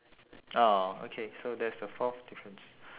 ah okay so that's the fourth difference